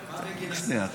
שנייה,